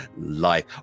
life